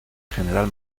general